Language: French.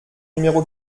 numéro